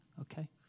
Okay